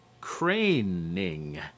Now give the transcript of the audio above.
craning